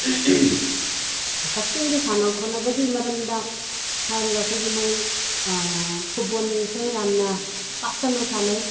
ꯀꯛꯆꯤꯡꯒꯤ ꯁꯥꯟꯅ ꯈꯣꯠꯅꯕꯒꯤ ꯃꯔꯝꯗ ꯍꯥꯏꯔꯒ ꯑꯩꯈꯣꯏꯒꯤ ꯃꯣꯏ ꯐꯨꯠꯕꯣꯜꯁꯤ ꯌꯥꯝꯅ ꯄꯥꯛ ꯁꯟꯅ ꯁꯥꯟꯅꯩ